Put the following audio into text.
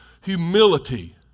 humility